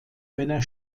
einer